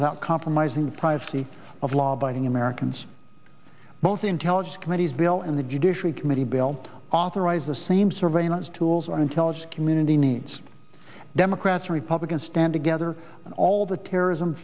without compromising the privacy of law abiding americans both intelligence committees bill and the judiciary committee bill authorize the same surveillance tools our intelligence community needs democrats or republicans stand together all the terrorism